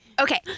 Okay